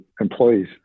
employees